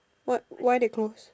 what why they close